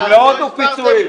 גמלאות או פיצויים?